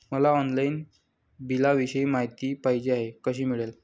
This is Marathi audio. मला ऑनलाईन बिलाविषयी माहिती पाहिजे आहे, कशी मिळेल?